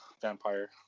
vampire